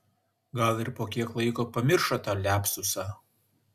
gal ir po kiek laiko pamiršo tą liapsusą